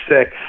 six